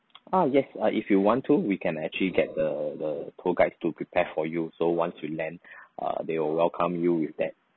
ah yes uh if you want to we can actually get the the tour guides to prepare for you so once you land uh they will welcome you with that